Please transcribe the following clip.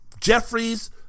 Jeffries